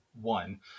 one